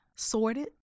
sorted